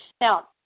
Now